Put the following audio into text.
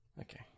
Okay